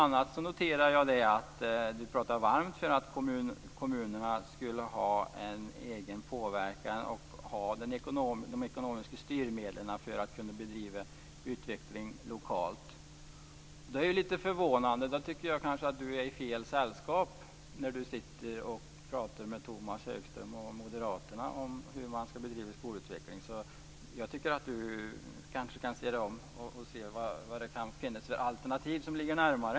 Jag noterade bl.a. att hon pratade varmt för att kommunerna skall ha en egen påverkan och ekonomiska styrmedel för att kunna bedriva utveckling lokalt. Jag tycker kanske att Sofia Jonsson befinner sig i fel sällskap när hon sitter och pratar med Tomas Högström och Moderaterna om hur man skall bedriva skolutveckling. Jag tycker att hon kanske skall sig om och se vad det kan finnas för alternativ som ligger närmare.